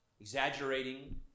Exaggerating